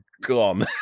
gone